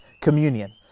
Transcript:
communion